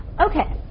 Okay